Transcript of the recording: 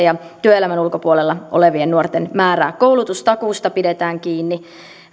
ja työelämän ulkopuolella olevien nuorten määrää koulutustakuusta pidetään kiinni